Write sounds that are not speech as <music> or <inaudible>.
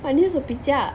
my nails will <noise>